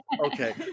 okay